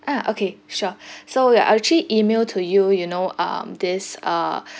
ah okay sure so we will actually email to you you know um this uh